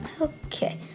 okay